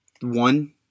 One